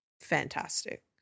fantastic